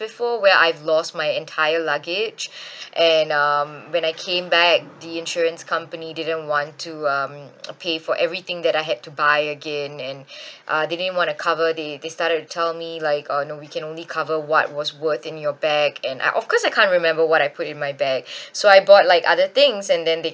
before where I've lost my entire luggage and um when I came back the insurance company didn't want to um pay for everything that I had to buy again and uh didn't want to cover they they started to tell me like uh no we can only cover what was worth in your bag and I of course I can't remember what I put in my bag so I bought like other things and then they